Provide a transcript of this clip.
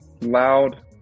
loud